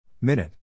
Minute